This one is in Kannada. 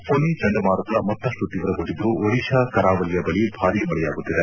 ಫೋನಿ ಚಂಡಮಾರುತ ಮತ್ತಷ್ಟು ತೀವ್ರಗೊಂಡಿದ್ದು ಒಡಿಶಾ ಕರಾವಳಿಯ ಬಳಿ ಭಾರಿ ಮಳೆಯಾಗುತ್ತಿದೆ